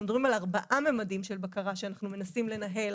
אנחנו מדברים על ארבעה ממדים של בקרה שאנחנו מנסים לנהל.